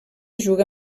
juga